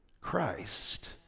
Christ